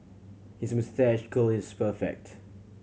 his moustache curl is perfect